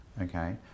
okay